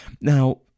Now